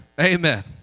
Amen